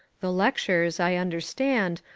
the lectures, i understand,